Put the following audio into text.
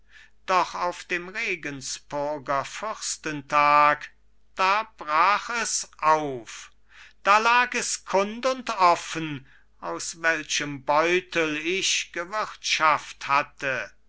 doch auf dem regenspurger fürstentag da brach es auf da lag es kund und offen aus welchem beutel ich gewirtschaft't hatte